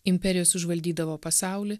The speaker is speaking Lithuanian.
imperijos užvaldydavo pasaulį